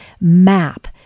MAP